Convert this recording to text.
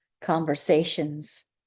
Conversations